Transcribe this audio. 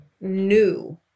new